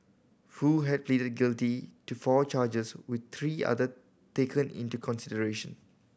Foo had pleaded guilty to four charges with three other taken into consideration